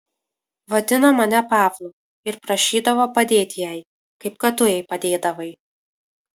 vadino mane pavlu ir prašydavo padėti jai kaip kad tu jai padėdavai